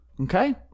okay